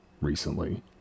recently